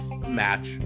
Match